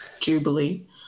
Jubilee